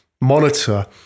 monitor